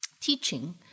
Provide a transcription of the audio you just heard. teaching